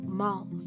mouth